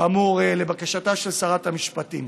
כאמור, לבקשתה של שרת המשפטים.